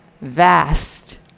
vast